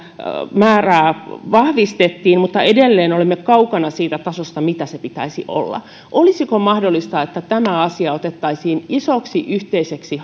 määrää vahvistettiin mutta edelleen olemme kaukana siitä tasosta mitä sen pitäisi olla olisiko mahdollista että tämä asia otettaisiin isoksi yhteiseksi